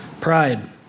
Pride